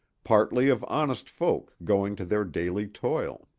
partly of honest folk going to their daily toil.